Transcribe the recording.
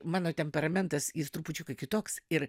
mano temperamentas jis trupučiuką kitoks ir